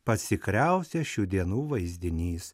pats tikriausias šių dienų vaizdinys